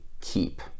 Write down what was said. keep